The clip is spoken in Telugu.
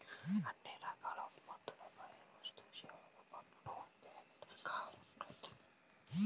అన్ని రకాల ఉత్పత్తులపై వస్తుసేవల పన్ను ఒకే విధంగా ఉండదు